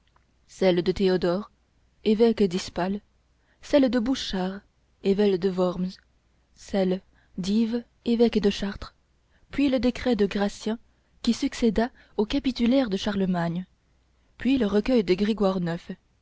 celles de théodore évêque d'hispale celles de bouchard évêque de worms celles d'yves évêque de chartres puis le décret de gratien qui succéda aux capitulaires de charlemagne puis le recueil de grégoire